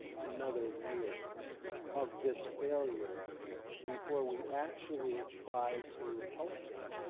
another year of this failure before we actually try to help them